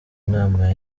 nama